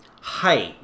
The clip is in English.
height